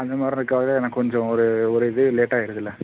அந்த மாதிரி இருக்கதாவே எனக்கு கொஞ்சம் ஒரு ஒரு இது லேட் ஆயிருதுல்ல